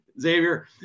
Xavier